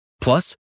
Plus